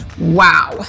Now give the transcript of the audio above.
wow